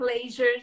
pleasure